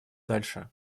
дальше